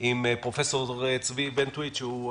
עם פרופ' צבי בנטואיץ' שהוא,